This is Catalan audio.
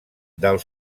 del